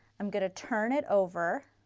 am going to turn it over